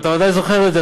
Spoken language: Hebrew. אתה ודאי זוכר את זה,